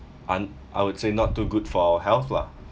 un~ I would say not too good for health lah